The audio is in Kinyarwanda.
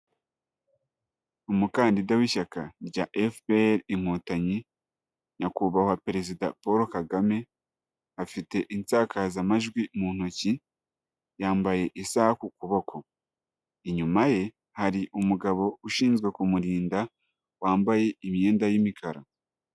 Umukandida w'ishyaka rya FPR Inkotanyi, Nyakubahwa Perezida Paul Kagame afite insakazamajwi mu ntoki, yambaye isaha ku kuboko, inyuma ye hari umugabo ushinzwe kumurinda wambaye imyenda y'imikara.